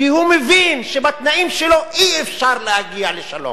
כי הוא מבין שבתנאים שלו אי-אפשר להגיע לשלום.